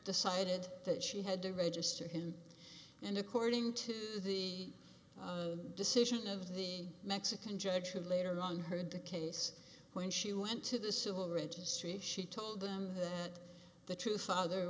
decided that she had to register him and according to the decision of the mexican judge who later on heard the case when she went to the civil registry she told them that the truth father